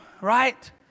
Right